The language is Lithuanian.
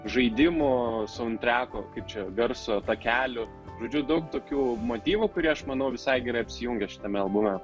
žaidimo kaip čia garso takelių žodžiu daug tokių motyvų kurie aš manau visai gera apsijungia šitame albume